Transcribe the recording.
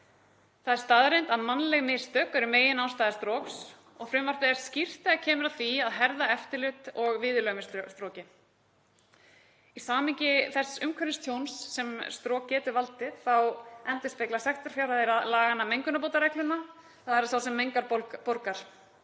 Það er staðreynd að mannleg mistök eru meginástæða stroks og frumvarpið er skýrt þegar kemur að því að herða eftirlit og viðurlög við stroki. Í samhengi við það umhverfistjón sem strok getur valdið þá endurspegla sektarfjárhæðir laganna mengunarbótaregluna, þ.e. að sá sem mengar borgar.